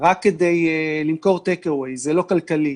רק כדי למכור טייק-אווי, זה לא כלכלי.